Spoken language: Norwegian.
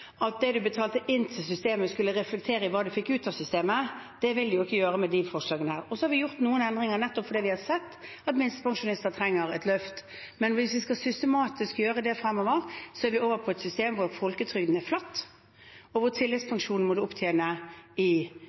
betalte inn til systemet, skulle reflekteres i hva man fikk ut av systemet. Det vil det ikke gjøre med disse forslagene. Vi har gjort noen endringer, nettopp fordi vi har sett at minstepensjonister trenger et løft, men hvis vi skal gjøre det systematisk fremover, er vi over på et system der folketrygden er flat, og tilleggspensjonen må man opptjene i